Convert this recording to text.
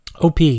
OP